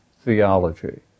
theology